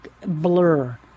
blur